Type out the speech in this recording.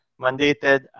mandated